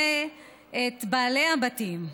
ואת בעלי הבתים,